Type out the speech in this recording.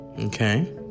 Okay